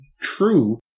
true